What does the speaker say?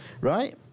Right